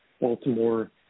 Baltimore